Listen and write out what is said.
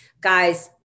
Guys